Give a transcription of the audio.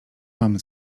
mam